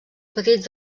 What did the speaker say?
petits